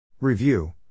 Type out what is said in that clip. Review